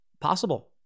possible